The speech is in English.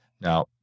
Now